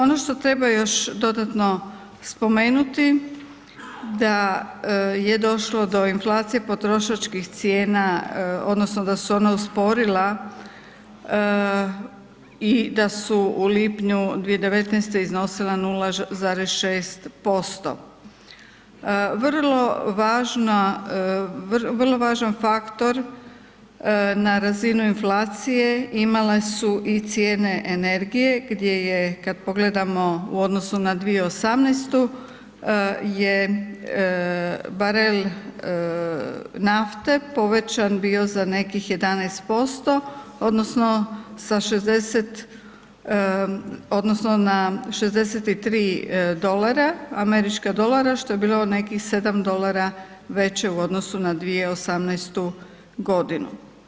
Ono što treba još dodatno spomenuti da je došlo do inflacije potrošačkih cijena odnosno da su ona usporila i da su u lipnju 2019. iznosila 0,6% Vrlo važan faktor na razini inflacije imale su i cijene energije gdje je kada pogledamo u odnosu na 2018. je barel nafte povećan bio za nekih 11% odnosno na 63 američka dolara što je bilo nekih 7 dolara veće u odnosu na 2018. godinu.